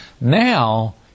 Now